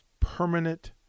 Permanent